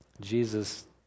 Jesus